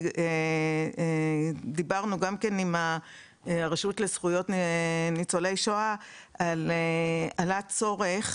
דיברנו עם הרשות לזכויות ניצולי שואה ועלה הצורך,